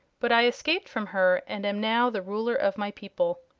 but i escaped from her and am now the ruler of my people.